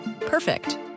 Perfect